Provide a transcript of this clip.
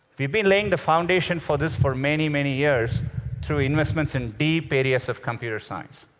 we've been laying the foundation for this for many, many years through investments in deep areas of computer science.